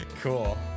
Cool